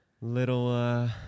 little